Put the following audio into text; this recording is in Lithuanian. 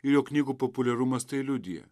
ir jo knygų populiarumas tai liudija